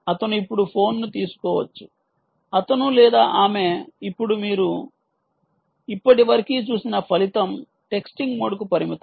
అతను ఇప్పుడు ఫోన్ను తీసుకోవచ్చు అతను లేదా ఆమె ఇప్పుడు మీరు ఇప్పటివరకు చూసిన ఫలితం టెక్స్టింగ్ మోడ్కు పరిమితం